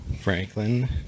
Franklin